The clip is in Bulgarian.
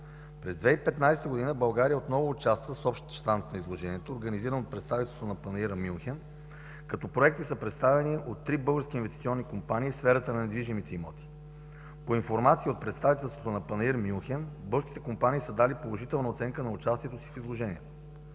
През 2015 г. България отново участва с общ щанд на изложението, организиран от представителството на „Панаир Мюнхен”, като проекти са представени от три български инвестиционни компании в сферата на недвижимите имоти. По информация от представителството на „Панаир Мюнхен”, българските компании са дали положителна оценка на участието си в изложението.